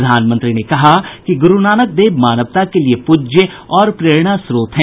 प्रधानमंत्री ने कहा कि गुरू नानक देव मानवता के लिए पूज्य और प्रेरणा स्रोत हैं